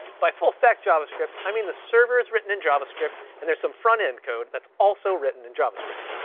by full stack javascript, i mean the server is written in javascript, and there's some front end code that's also written in javascript.